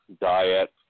diet